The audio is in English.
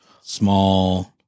small